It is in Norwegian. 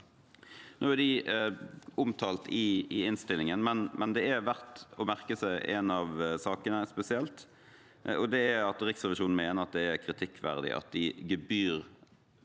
De er omtalt i innstillingen, men det er verdt å merke seg en av sakene spesielt, og det er at Riksrevisjonen mener det er kritikkverdig at de